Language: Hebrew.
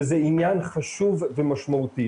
וזה עניין חשוב ומשמעותי.